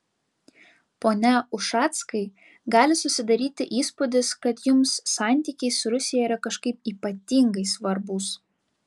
pone ušackai gali susidaryti įspūdis kad jums santykiai su rusija yra kažkaip ypatingai svarbūs